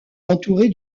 entouré